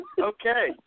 okay